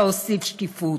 להוסיף שקיפות.